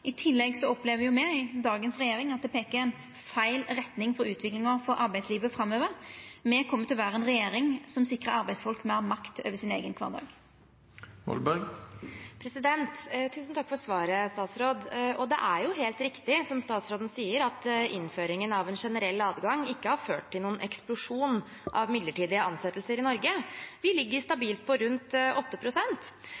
I tillegg opplever me i dagens regjering at det peiker i feil retning for utviklinga i arbeidslivet framover. Me kjem til å vera ei regjering som sikrar arbeidsfolk meir makt over sin eigen kvardag. Tusen takk for svaret, statsråd. Det er helt riktig, som statsråden sier, at innføringen at en generell adgang ikke har ført til noen eksplosjon av midlertidige ansettelser i Norge. Vi ligger